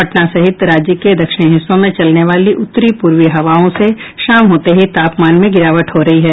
पटना सहित राज्य के दक्षिणी हिस्सों में चलने वाली उत्तरी पूर्वी हवाओं से शाम होते ही तापमान में गिरावट हो रही है